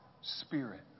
spirit